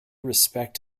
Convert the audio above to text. respect